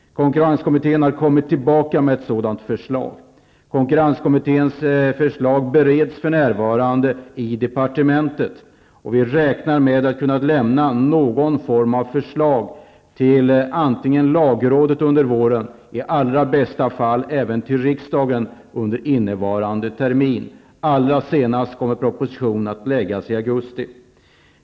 Konkurrenskommittén har kommit tillbaka med ett sådant förslag. Det bereds för närvarande i departementet, och vi räknar med att kunna lämna någon form av förslag, i varje fall till lagrådet, under våren, i allra bästa fall till riksdagen under innevarande termin. Propositionen kommer att läggas fram allra senast i augusti.